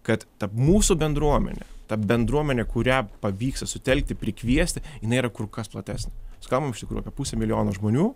kad ta mūsų bendruomenė tą bendruomenę kurią pavyksta sutelkti prikviesti jinai yra kur kas platesnė skamba iš tikrųjų apie pusę milijono žmonių